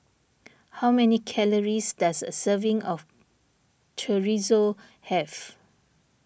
how many calories does a serving of Chorizo have